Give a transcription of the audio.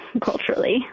culturally